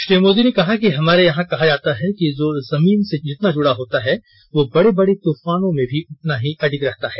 श्री मोदी ने कहा कि हमारे यहां कहा जाता है कि जो जमीन से जितना जुड़ा होता है वो बड़े बड़े तूफानों में भी उनता ही अडिग रहता है